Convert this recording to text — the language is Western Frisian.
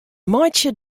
meitsje